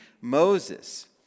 Moses